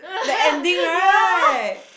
the ending right